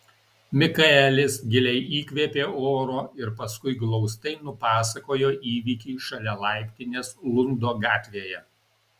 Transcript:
mikaelis giliai įkvėpė oro ir paskui glaustai nupasakojo įvykį šalia laiptinės lundo gatvėje